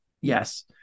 Yes